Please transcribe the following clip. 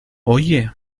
oye